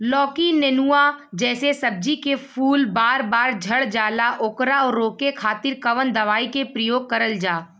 लौकी नेनुआ जैसे सब्जी के फूल बार बार झड़जाला ओकरा रोके खातीर कवन दवाई के प्रयोग करल जा?